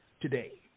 today